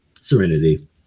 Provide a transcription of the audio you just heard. Serenity